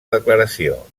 declaració